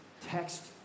text